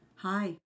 Hi